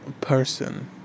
person